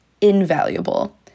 invaluable